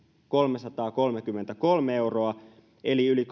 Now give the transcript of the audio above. kolmesataakolmekymmentäkolme euroa eli yli